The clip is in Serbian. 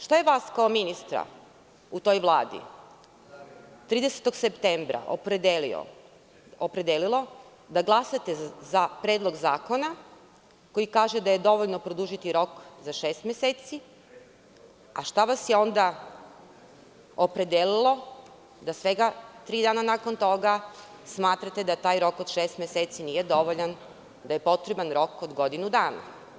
Šta je vas kao ministra u toj vladi 30. septembra opredelilo da glasate za Predlog zakona koji kaže da je dovoljno produžiti rok za šest meseci, a šta vas je onda opredelilo da svega tri dana nakon toga smatrate da taj rok od šest meseci nije dovoljan, da je potreban rok od godinu dana?